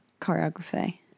choreography